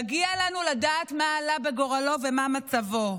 מגיע לנו לדעת מה עלה בגורלו ומה מצבו.